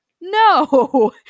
No